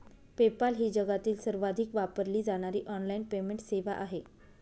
PayPal ही जगातील सर्वाधिक वापरली जाणारी ऑनलाइन पेमेंट सेवा आहे